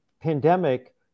Pandemic